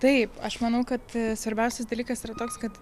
taip aš manau kad svarbiausias dalykas yra toks kad